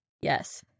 Yes